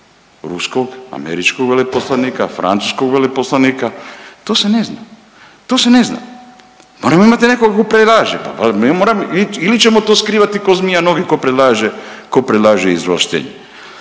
ruskog, američkog veleposlanika, francuskog veleposlanika? To se ne zna, to se ne zna. Moramo imati nekoga tko predlaže, pa moramo ili ćemo to skrivati ko zmija noge tko predlaže, tko